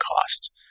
cost